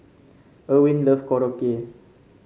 Erwin love Korokke